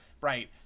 right